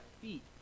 feet